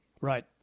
Right